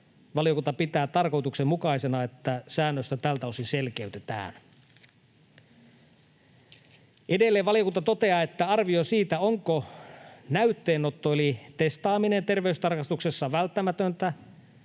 valiokunta pitää tarkoituksenmukaisena, että säännöstä tältä osin selkeytetään. Edelleen valiokunta toteaa, että arvion siitä, onko näytteenotto eli testaaminen terveystarkastuksessa välttämätöntä,